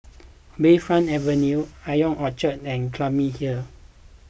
Bayfront Avenue Ion Orchard and Clunny Hill